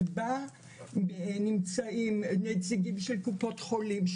שבה נמצאים נציגים של קופות חולים,